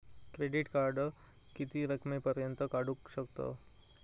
Credit card किती रकमेपर्यंत काढू शकतव?